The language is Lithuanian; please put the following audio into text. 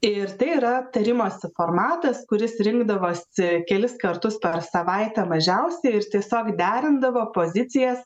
ir tai yra tarimosi formatas kuris rinkdavosi kelis kartus per savaitę mažiausiai ir tiesiog derindavo pozicijas